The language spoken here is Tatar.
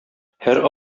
һәр